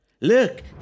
Look